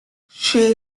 she